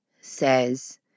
says